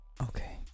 okay